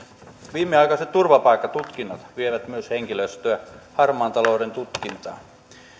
viimeaikaiset turvapaikkatutkinnat vievät myös henkilöstöä harmaan talouden tutkinnasta